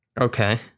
Okay